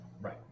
Right